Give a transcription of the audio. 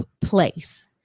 place